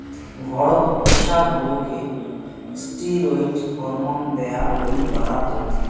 ঘরত পুষা গরুকে ষ্টিরৈড হরমোন দেয়া হই বাড়ার তন্ন